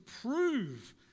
prove